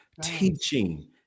teaching